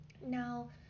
Now